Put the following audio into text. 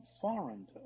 foreign